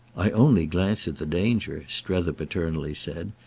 i only glance at the danger, strether paternally said,